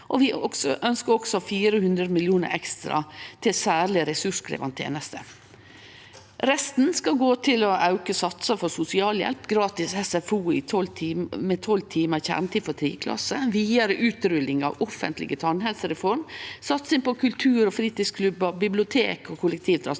Vi ønskjer også 400 mill. kr ekstra til særleg ressurskrevjande tenester. Resten skal gå til å auke satsar for sosialhjelp, gratis SFO med tolv timar kjernetid for 3. klasse, vidare utrulling av offentleg tannhelsereform, satsing på kultur, fritidsklubbar, bibliotek og kollektivtransport,